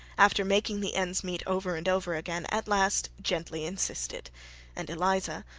after making the ends meet over and over again, at last gently insisted and eliza,